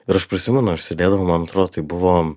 ir aš prisimenu aš sėdėdavau man atro tai buvo